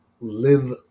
live